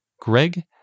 Greg